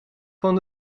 van